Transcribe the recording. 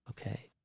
Okay